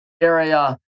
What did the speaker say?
area